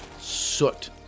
soot